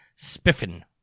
Spiffin